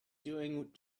doing